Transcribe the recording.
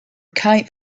kite